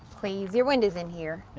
please, your windows in here.